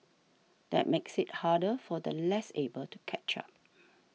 that makes it harder for the less able to catch up